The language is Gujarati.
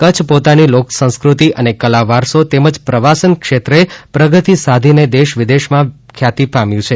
કચ્છ પોતાની લોકસંસ્કૃતિ અને કલાવારસો તેમજ પ્રવાસન ક્ષેત્રે પ્રગતિ સાધીને દેશવિદેશમાં ખ્યાતિ પામ્યું છે